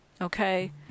okay